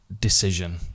decision